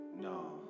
No